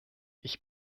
ich